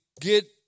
get